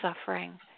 suffering